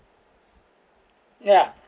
yeah